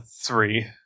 three